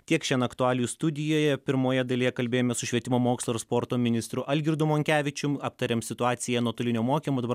tiek šian aktualijų studijoje pirmoje dalyje kalbėjome su švietimo mokslo ir sporto ministru algirdu monkevičium aptarėm situaciją nuotolinio mokymo dabar